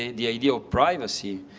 the idea of privacy,